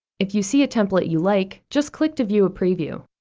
if you see a template you like, just click to view a preview,